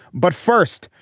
but first,